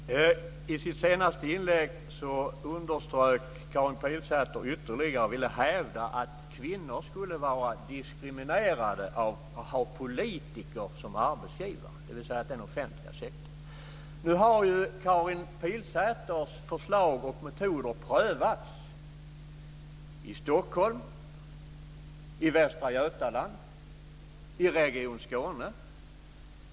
Fru talman! I sitt senaste inlägg hävdar Karin Pilsäter att kvinnor skulle vara diskriminerade av att ha politiker som arbetsgivare, dvs. den offentliga sektorn. Nu har Karin Pilsäters förslag och metoder prövats i Stockholm, i Västra Götaland och i Region Skåne.